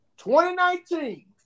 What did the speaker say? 2019